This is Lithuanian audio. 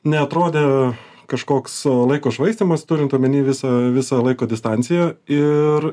neatrodė kažkoks laiko švaistymas turint omeny visą visą laiką distanciją ir